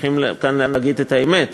צריכים כאן להגיד את האמת,